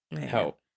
help